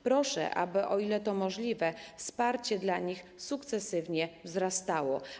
Proszę, aby o ile to możliwe, wsparcie dla nich sukcesywnie wzrastało.